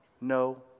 no